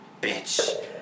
bitch